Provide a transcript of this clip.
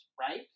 right